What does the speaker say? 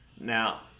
Now